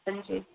हन्जी